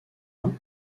main